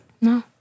No